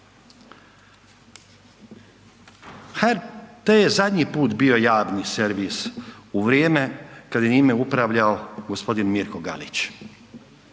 HRT je zadnji put bio javni servis u vrijeme kad je njime upravljao g. Mirko Galić.